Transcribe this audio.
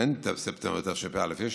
אין ספטמבר תשפ"א, יש